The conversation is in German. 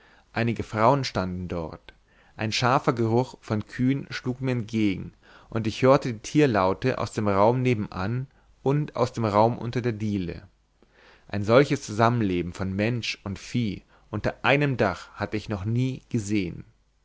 einige frauen standen dort ein scharfer geruch von kühen schlug mir entgegen und ich hörte die tierlaute aus dem raum nebenan und aus dem raum unter der diele ein solches zusammenleben von mensch und vieh unter einem dach hatte ich noch nie gesehen